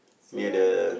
near the